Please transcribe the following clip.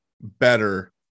better